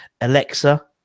Alexa